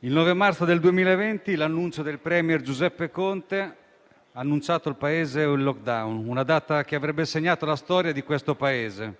il 9 marzo 2020 il *premier* Giuseppe Conte ha annunciato al Paese il *lockdown*: è una data che avrebbe segnato la storia di questo Paese.